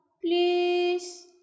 please